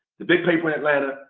the big paper in atlanta,